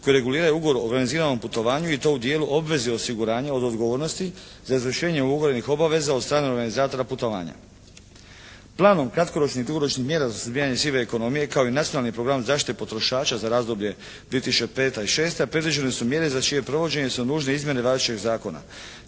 koji reguliraju ugovor o organiziranom putovanju i to u dijelu obveze osiguranja od odgovornosti za izvršenje ugovorenih obaveza od strane organizatora putovanja. Planom kratkoročnih i dugoročnih mjera za suzbijanje sive ekonomije kao i nacionalni program zaštite potrošača za razdoblje 2005. i 2006. predviđene su mjere za čije provođenje su nužne izmjene važećeg zakona.